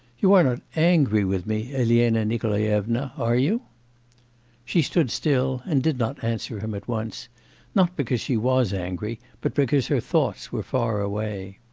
you are not angry with me, elena nikolaevna, are you she stood still and did not answer him at once not because she was angry, but because her thoughts were far away.